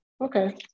Okay